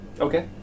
Okay